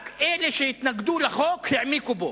רק אלה שהתנגדו לחוק העמיקו בו,